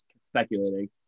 speculating